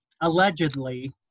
allegedly